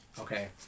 okay